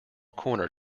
corner